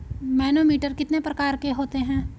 Manometer कितने प्रकार के होते हैं?